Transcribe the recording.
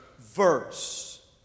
verse